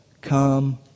come